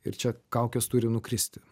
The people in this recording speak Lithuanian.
ir čia kaukės turi nukristi